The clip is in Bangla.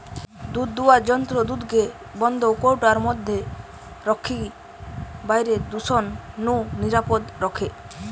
দুধদুয়ার যন্ত্র দুধকে বন্ধ কৌটার মধ্যে রখিকি বাইরের দূষণ নু নিরাপদ রখে